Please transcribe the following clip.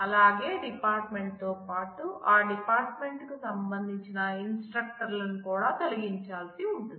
అలాగే డిపార్ట్మెంట్ తో పాటు ఆ డిపార్ట్మెంట్కు సంబంధించిన ఇన్స్ట్రక్టర్ లను కూడా తొలగించాల్సి ఉంటుంది